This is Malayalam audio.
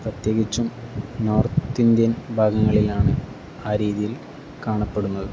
പ്രത്യേകിച്ചും നോർത്ത് ഇന്ത്യൻ ഭാഗങ്ങളിലാണ് ആ രീതിയിൽ കാണപ്പെടുന്നത്